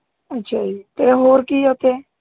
ਅੱਛਾ ਜੀ ਅਤੇ ਹੋਰ ਕੀ ਹੈ ਉੱਥੇ